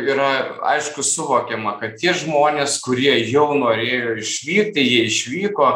yra aišku suvokiama kad tie žmonės kurie jau norėjo išvykti jie išvyko